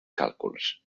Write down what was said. càlculs